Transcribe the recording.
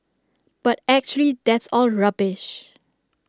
but actually that's all rubbish